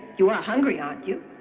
you are hungry, aren't you?